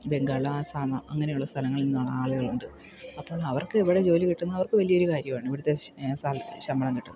ബംഗാൾ ആസാമ് അങ്ങനെ ഉള്ള സ്ഥലങ്ങളിൽ നിന്നാണ് ആളുകളുണ്ട് അപ്പോൾ അവർക്ക് ഇവിടെ ജോലി കിട്ടുന്നവർക്ക് വലിയൊരു കാര്യമാണ് ഇവിടുത്തെ ശമ്പളം കിട്ടുന്നത്